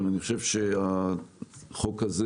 החוק הזה